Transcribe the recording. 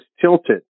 tilted